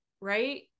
right